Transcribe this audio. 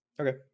Okay